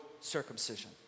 circumcision